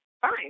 fine